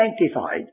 sanctified